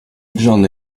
j’en